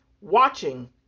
watching